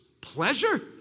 Pleasure